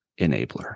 enabler